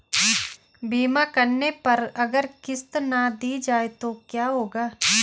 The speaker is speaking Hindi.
बीमा करने पर अगर किश्त ना दी जाये तो क्या होगा?